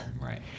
Right